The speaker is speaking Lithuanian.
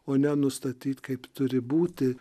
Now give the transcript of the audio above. o ne nustatyt kaip turi būti